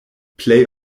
plej